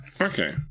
Okay